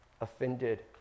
offended